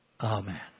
Amen